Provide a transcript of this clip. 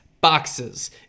boxes